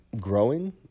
growing